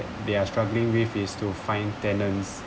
they're struggling with is to find tenants